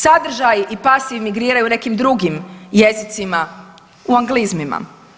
Sadržaj i pas emigriraju u nekim drugim jezicima u anglizmima.